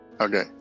okay